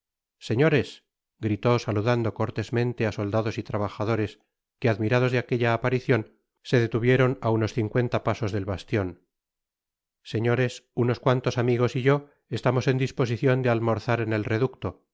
señores gritó saludando cortesmenie á soldados y trabajadores que admirados de aquella aparicion se detuvieron á unos cincuenta pasos del bastion señores unos cuantos amigos y yo estamos en disposicion de almorzar en el reducto